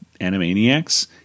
Animaniacs